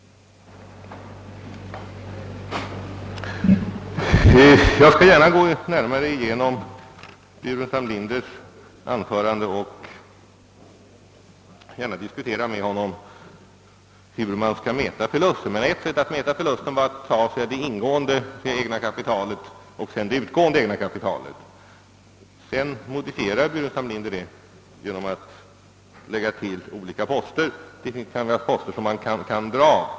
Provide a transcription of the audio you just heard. Jag skall gärna närmare gå igenom herr Burenstam Linders punkter och också gärna diskutera med honom hur man bör mäta förluster. Ett sätt var att först ta skillnaden mellan det ingående och det utgående egna kapitalet och sedan modifiera detta genom att lägga till olika poster. Det kanske även finns poster som kan dras av.